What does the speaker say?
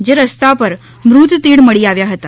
જે રસ્તા પણ મૃત તીડ મળી આવ્યા હતા